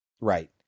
Right